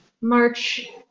March